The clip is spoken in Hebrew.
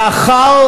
לאחר